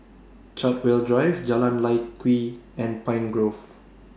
Chartwell Drive Jalan Lye Kwee and Pine Grove